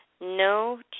no